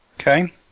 Okay